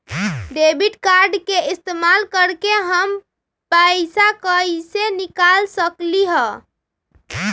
Debit card के इस्तेमाल करके हम पैईसा कईसे निकाल सकलि ह?